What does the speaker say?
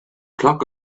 clock